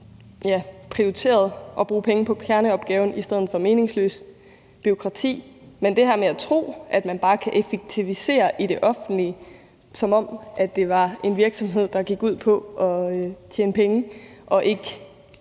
prioriteret at bruge penge på kerneopgaven i stedet for på meningsløst bureaukrati. Men til det her med at tro, at man bare kan effektivisere i det offentlige, som om det var en virksomhed, der gik ud på at tjene penge og ikke